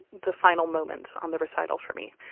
the final moments on the recital. for me,